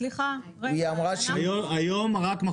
הם עדיין לא אישרו אותן.